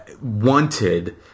wanted